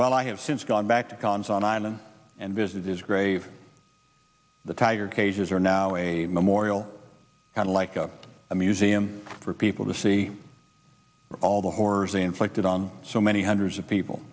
while i have since gone back to khan's on island and visit his grave the tiger cages are now a memorial kind of like up a museum for people to see all the horrors inflicted on so many hundreds of people